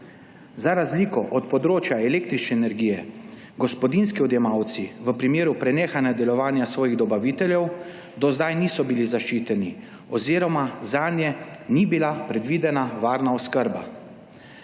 Za razliko od področja električne energije gospodinjski odjemalci v primeru prenehanja delovanja svojih dobaviteljev do zdaj niso bili zaščiteni oziroma zanje ni bila predvidena varna oskrba.